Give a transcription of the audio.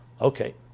Okay